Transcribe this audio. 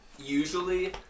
usually